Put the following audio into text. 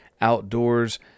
Outdoors